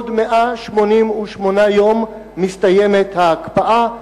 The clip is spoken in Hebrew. בעוד 188 יום מסתיימת ההקפאה,